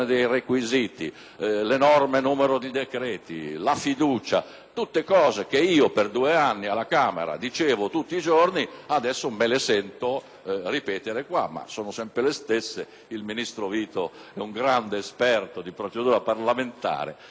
tutte cose che io per due anni alla Camera ho ripetuto tutti i giorni e che adesso sento ripetere qua, sono sempre le stesse. Il ministro Vito è un grande esperto di procedura parlamentare e sa che quanto sto dicendo è esattamente la verità.